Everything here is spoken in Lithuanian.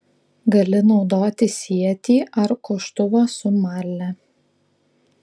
gali naudoti sietį ar koštuvą su marle